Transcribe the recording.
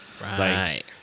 Right